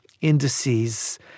indices